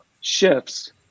shifts